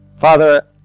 Father